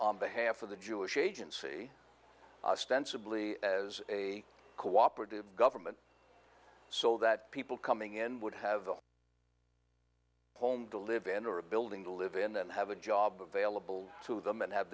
behalf of the jewish agency ostensibly as a cooperative government so that people coming in would have a home to live in or a building to live in and have a job available to them and have